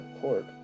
court